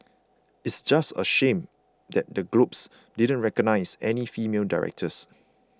it's just a shame that the Globes didn't recognise any female directors